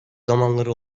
zamanları